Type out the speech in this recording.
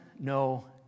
no